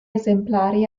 esemplari